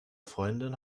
freundin